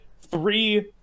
three